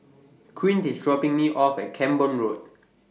Quint IS dropping Me off At Camborne Road